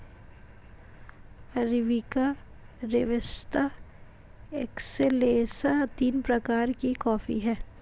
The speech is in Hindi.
अरबिका रोबस्ता एक्सेलेसा तीन प्रकार के कॉफी हैं